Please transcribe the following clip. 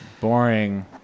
Boring